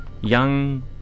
young